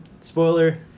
spoiler